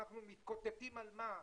אנחנו מתקוטטים על מה,